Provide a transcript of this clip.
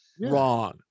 Wrong